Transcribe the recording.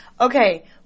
okay